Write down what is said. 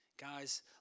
Guys